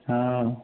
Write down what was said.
हँ